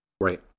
Right